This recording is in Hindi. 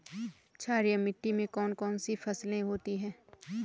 क्षारीय मिट्टी में कौन कौन सी फसलें होती हैं?